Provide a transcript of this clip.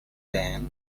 then